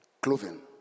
clothing